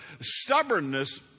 stubbornness